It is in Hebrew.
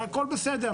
הכל בסדר.